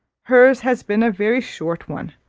hers has been a very short one!